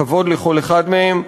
כבוד לכל אחד מהם: